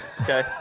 okay